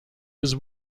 was